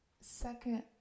second